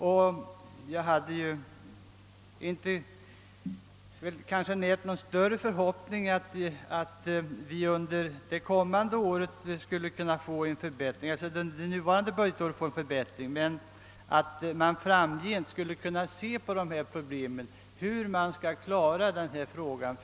Jag hade kanske inte närt någon större förhoppning om att man under det nuvarande budgetåret skulle kunna få till stånd en förbättring, men jag skulle önska att man i framtiden tog upp till behandling spörsmålet om hur man skall klara denna fråga.